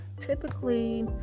typically